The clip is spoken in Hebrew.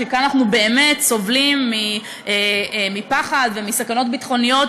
כשכאן אנחנו באמת סובלים מפחד ומסכנות ביטחוניות